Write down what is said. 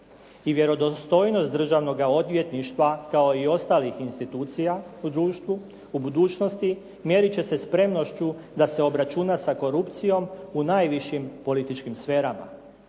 I vjerodostojnost državnog odvjetništva kao i ostalih institucija u društvu, u budućnosti mjeriti će se sa spremnošću da se obračuna sa korupcijom u najvišim političkim sferama.